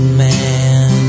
man